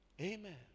Amen